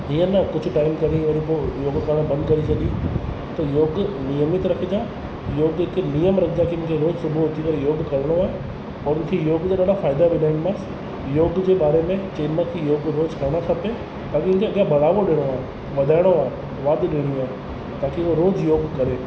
हीअं न कुझु टाईम करीं वरी बंदि करे छॾीं न योगु नियमित रखिजांइ योगु हिकु नियम रखिजांइ की मूंखे रोज़ु सुबूह जो उथी करे योगु करिणो आहे और उथी योगु करण जा फ़ाइदा ॿुधाईंदोमांसि योग जे बारे में चईंदोमांसि के योगु रोज़ु करिणो खपे तॾहिं उन्हनि खे अॻियां बढ़ावो ॾियणो आहे वधाइणो आहे वाधु ॾियणी आहे ताकि उहो रोज़ु योगु करे